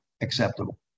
acceptable